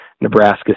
nebraska